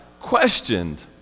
questioned